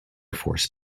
force